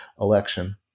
election